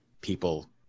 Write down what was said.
people